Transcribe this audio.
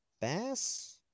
bass